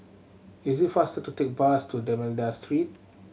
is it faster to take bus to D'Almeida Street